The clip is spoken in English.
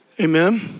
Amen